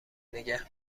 نگه